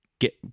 Get